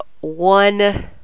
one